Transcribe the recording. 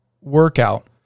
workout